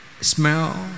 smell